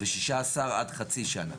ו-16 עד חצי שנה.